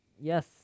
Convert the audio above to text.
Yes